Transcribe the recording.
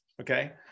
Okay